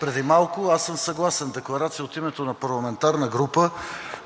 Преди малко, аз съм съгласен, декларация от името на парламентарна група,